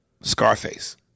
Scarface